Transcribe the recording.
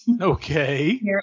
Okay